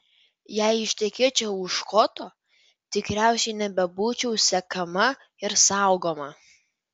jei ištekėčiau už škoto tikriausiai nebebūčiau sekama ir saugoma